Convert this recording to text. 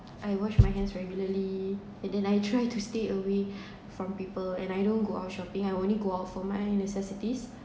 I wash my hands regularly and then I try to stay away from people and I don't go out shopping I only go out for my necessities